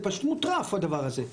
זה פשוט מוטרף הדבר הזה.